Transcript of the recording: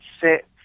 sit